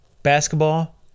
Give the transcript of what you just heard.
basketball